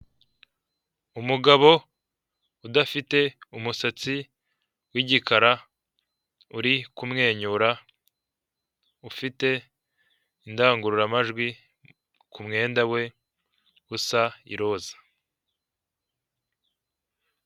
Umugabo udafite umusatsi, w'igikara, uri kumwenyura; ufite indangururamajwi ku mwenda we, usa iroza.